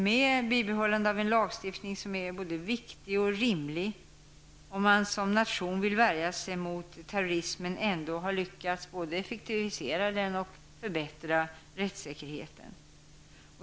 Med bibehållande av en lagstiftning som är både viktig och rimlig om man som nation vill värja sig mot terrorismen, menar jag att vi har lyckats såväl med att effektivisera den som att förbättra rättssäkerheten.